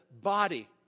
body